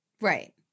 Right